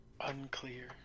unclear